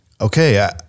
okay